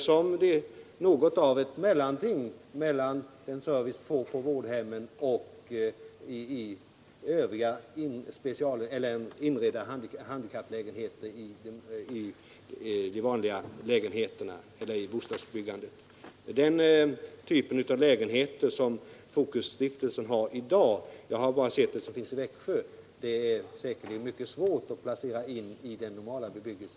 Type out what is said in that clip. Dessa bostäder är något av ett mellanting mellan den service de handikappade får på vårdhem och den som ges i övriga handikapplägenheter i vanliga bostadshus. De lägenheter Fokusstiftelsen byggt — jag har bara sett dem i Växjö — är säkerligen mycket svåra att placera in i vanlig bostadsbebyggelse.